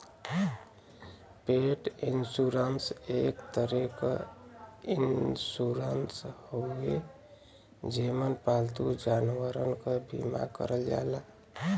पेट इन्शुरन्स एक तरे क इन्शुरन्स हउवे जेमन पालतू जानवरन क बीमा करल जाला